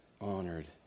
honored